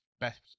Best